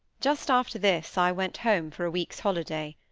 just after this i went home for a week's holiday.